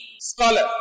scholar